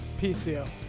PCO